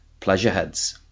Pleasureheads